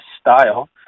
style